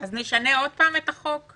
אז נשנה עוד פעם את החוק?